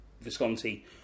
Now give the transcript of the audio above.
Visconti